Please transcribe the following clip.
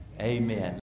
Amen